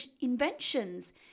inventions